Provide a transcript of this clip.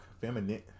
feminine